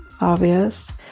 obvious